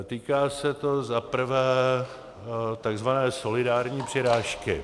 Týká se to za prvé takzvané solidární přirážky.